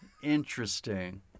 Interesting